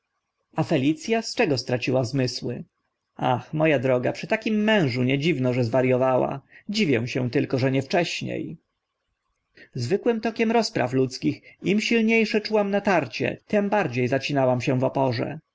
a z czego straciła zmysły ach mo a droga przy takim mężu nie dziwno że zwariowała dziwię się tylko że nie wcześnie zwykłym tokiem rozpraw ludzkich im silnie sze czułam natarcie tym bardzie zacinałam się w oporze